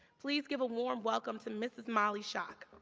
please give a warm welcome to mrs. molly shock.